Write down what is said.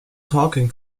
talking